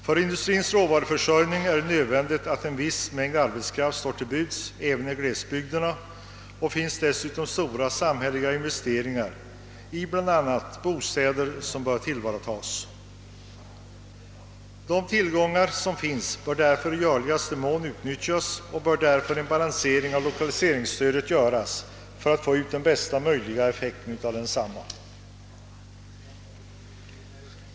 För industrins råvaruförsörjning är det nödvändigt att en viss mängd arbetskraft står till buds även i glesbygderna, och det finns dessutom stora samhälleliga investeringar i bl.a. bostäder som bör tillvaratas. De tillgångar som finns bör därför i görligaste mån utnyttjas och därför bör en balansering av lokaliseringsstödet göras för att få ut den bästa möjliga effekten av densamma.